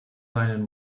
weinen